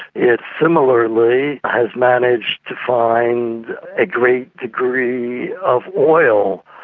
it similarly has managed to find a great degree of oil.